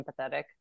empathetic